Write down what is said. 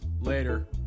Later